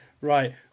Right